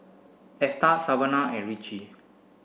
Esta Savanah and Richie